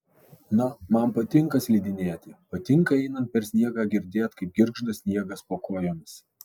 na man patinka slidinėti patinka einant per sniegą girdėt kaip girgžda sniegas po kojomis